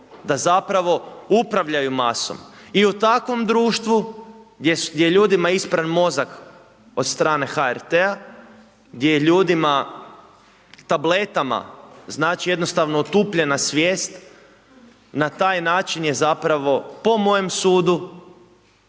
da zapravo upravljaju masom i u takvom društvu gdje je ljudima ispran mozak od strane HRT-a gdje je ljudima tabletama jednostavno otupljena svijest, na taj način je zapravo, po mojem sudu,